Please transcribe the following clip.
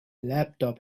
laptop